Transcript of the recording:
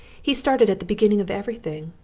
he started at the beginning of everything,